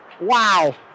Wow